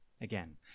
Again